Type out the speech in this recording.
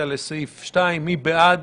רביזיה לסעיף 2. מי בעד?